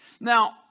Now